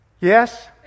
Yes